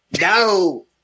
No